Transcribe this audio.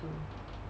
to